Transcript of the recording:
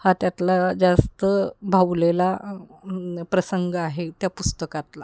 हा त्यातला जास्त भावलेला प्रसंग आहे त्या पुस्तकातला